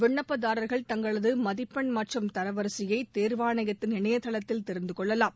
விண்ணப்பதாரர்கள் தங்களது மதிப்பெண் மற்றும் தரவரிசையை தேர்வாணையத்தின் இணையதளத்தில் தெரிந்து கொள்ளலாம்